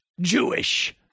Jewish